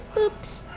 Oops